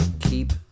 keep